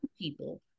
people